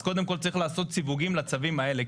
אז קודם כל צריך לעשות סיווגים לצווים האלה.